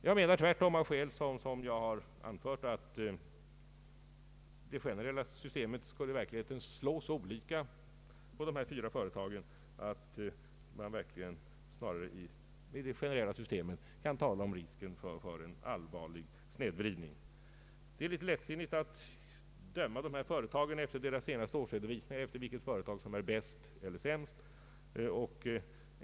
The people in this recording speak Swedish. Jag anser tvärtom av skäl som jag anfört att det generella systemet i verkligheten skulle slå så olika på dessa fyra företag att man snarare här kan tala om risken för en allvarlig snedvridning. Det är något lättsinnigt att fastställa vilket företag som är bäst eller sämst med ledning av företagens senaste årsredovisningar.